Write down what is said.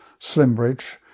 Slimbridge